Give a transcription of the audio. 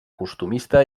costumista